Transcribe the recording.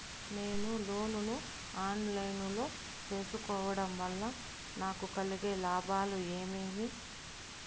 నేను లోను ను online లో సేసుకోవడం వల్ల నాకు కలిగే లాభాలు ఏమేమీ?